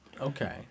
Okay